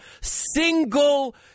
single